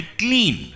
clean